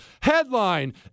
Headline